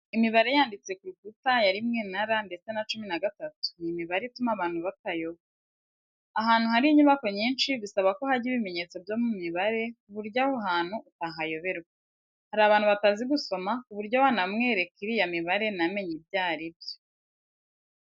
Imibare yanditse ku rukuta ya rimwe na R ndetse na cumi na gatatu, ni imibare ituma abantu batayoba. Ahantu hari inyubako nyinshi bisaba ko hajya ibimenyetso byo mu mibare ku buryo aho hantu utahayoberwa. Hari abantu batazi gusoma ku buryo wanamwereka iriya mibare ntamenye ibyo ari byo.